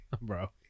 Bro